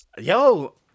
Yo